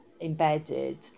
embedded